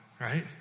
right